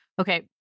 okay